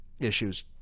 issues